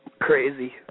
crazy